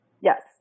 Yes